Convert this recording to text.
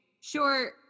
sure